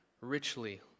richly